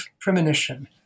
premonition